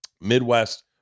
Midwest